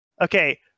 Okay